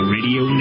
Radio